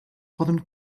poden